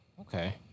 Okay